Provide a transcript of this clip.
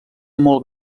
molt